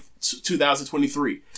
2023